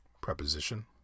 preposition